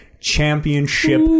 Championship